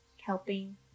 helping